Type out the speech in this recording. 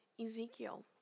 Ezekiel